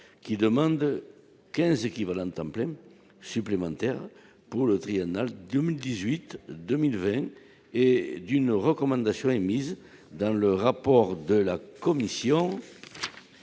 qui demande 15 équivalents temps plein supplémentaires pour le triennal 2018, 2020 et d'une recommandation émise dans le rapport de la commission